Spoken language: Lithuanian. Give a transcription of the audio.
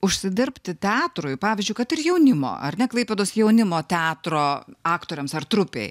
užsidirbti teatrui pavyzdžiui kad ir jaunimo ar ne klaipėdos jaunimo teatro aktoriams ar trupei